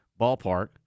ballpark